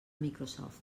microsoft